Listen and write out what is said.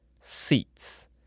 seats